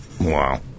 Wow